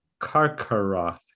Karkaroth